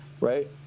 Right